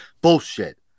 bullshit